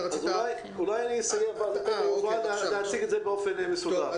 אולי אסיים, ואז יובל יציג את זה באופן מסודר.